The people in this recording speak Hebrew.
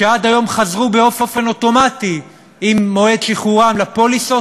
שעד היום חזרו באופן אוטומטי עם מועד שחרורם לפוליסות,